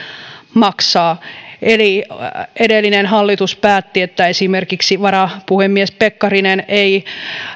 maksaa eli edellinen hallitus päätti että esimerkiksi varapuhemies pekkarinen ei